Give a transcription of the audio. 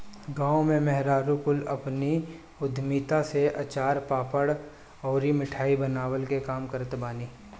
गांव में मेहरारू कुल अपनी उद्यमिता से अचार, पापड़ अउरी मिठाई बनवला के काम करत बानी